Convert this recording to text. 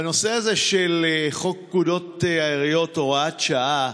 בנושא הזה של חוק פקודת העיריות (הוראת שעה)